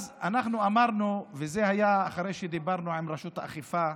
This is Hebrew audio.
אז אנחנו אמרנו, אחרי שדיברנו עם רשות האכיפה,